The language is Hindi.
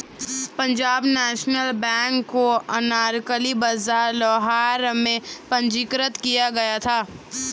पंजाब नेशनल बैंक को अनारकली बाजार लाहौर में पंजीकृत किया गया था